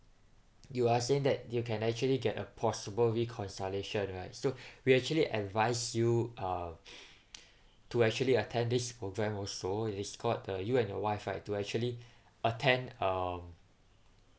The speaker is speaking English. you are saying that you can actually get a possible reconciliation right so we actually advise you uh to actually attend this program also it is called uh you and your wife right to actually attend um